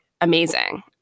amazing